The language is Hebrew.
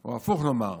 או הפוך, נאמר: